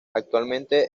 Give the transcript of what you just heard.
actualmente